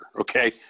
okay